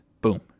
boom